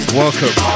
welcome